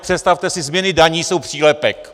Představte si, změny daní jsou přílepek!